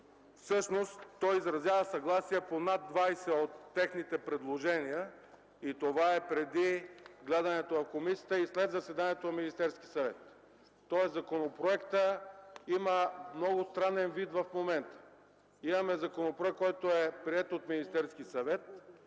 Всъщност той изразява съгласие по над 20 от техните предложения, и това е преди гледането в комисията и след заседанието на Министерския съвет. Тоест законопроектът има много странен вид в момента. Имаме законопроект, който е приет от Министерския съвет,